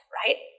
right